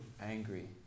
angry